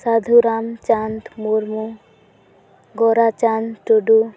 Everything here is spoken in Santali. ᱥᱟᱹᱫᱷᱩᱨᱟᱢ ᱪᱟᱸᱫᱽ ᱢᱩᱨᱢᱩ ᱜᱳᱨᱟᱪᱟᱸᱫᱽ ᱴᱩᱰᱩ